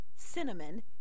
cinnamon